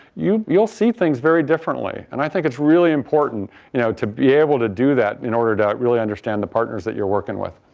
you you will see things very differently and i think it's really important you know to be able to do that in order to really understand the partners that you're working with.